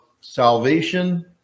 salvation